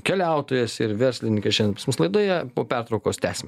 keliautojas ir verslininkas šiandien pas mus laidoje po pertraukos tęsime